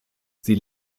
sie